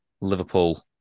Liverpool